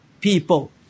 people